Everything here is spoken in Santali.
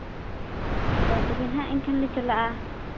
ᱦᱳᱭ ᱛᱚᱵᱮ ᱦᱟᱸᱜ ᱮᱱᱠᱷᱟᱱᱞᱮ ᱪᱟᱞᱟᱜᱼᱟ